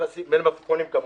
ומלפפונים כמובן.